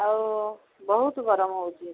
ଆଉ ବହୁତ ଗରମ ହେଉଛି